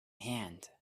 hand